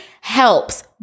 helps